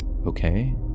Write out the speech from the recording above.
Okay